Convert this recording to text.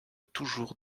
toujours